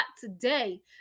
today